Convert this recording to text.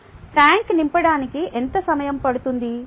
tank నింపడానికి ఎంత సమయం పడుతుంది